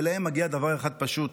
ולהן מגיע דבר אחד פשוט,